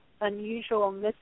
unusual